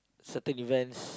certain events